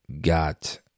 got